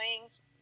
wings